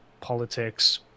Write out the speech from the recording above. politics